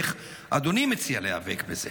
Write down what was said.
איך אדוני מציע להיאבק בזה?